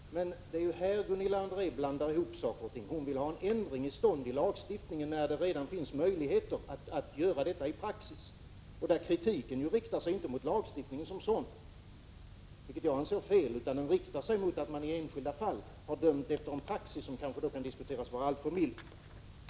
Herr talman! Javisst, men det är ju här Gunilla André blandar ihop saker och ting. Hon vill ha en ändring till stånd i lagstiftningen, när det i praxis redan finns sådana möjligheter som det här gäller. Kritiken riktar sig ju inte mot lagstiftningen som sådan, utan den riktar sig mot att man i enskilda fall har dömt efter en praxis som kanske kan anses vara alltför mild.